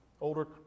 older